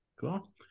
Cool